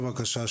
בבקשה,